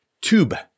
Tube